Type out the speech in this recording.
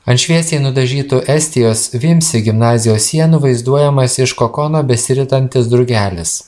ant šviesiai nudažytų estijos vimsi gimnazijos sienų vaizduojamas iš kokono besiritantis drugelis